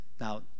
now